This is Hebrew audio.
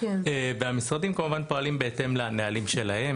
והמשרדים כמובן פועלים בהתאם לנהלים שלהם,